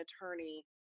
attorney